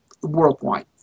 worldwide